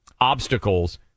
obstacles